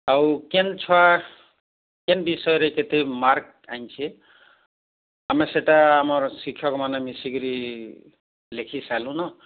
ଆଉ କେନ୍ ଛୁଆ କେନ୍ ବିଷୟରେ କେତେ ମାର୍କ୍ ଆଣିଛେ ଆମେ ସେଟା ଆମର ଶିକ୍ଷକମାନେ ମିଶିକିରି ଲେଖି ସାରିଲୁନୁ